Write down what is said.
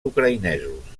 ucraïnesos